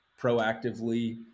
proactively